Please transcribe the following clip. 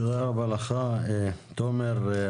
תודה רבה לך, תומר.